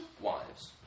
wives